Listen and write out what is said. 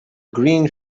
green